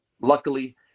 luckily